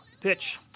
Pitch